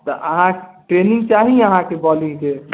तऽ अहाँ ट्रेनिंग चाही अहाँके बॉलिंग के